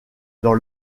dans